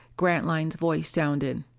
grantline's voice sounded